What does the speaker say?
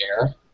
air